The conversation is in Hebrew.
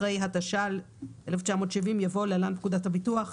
אחרי: התש"ל-1970, יבוא: להלן פקודת הביטוח.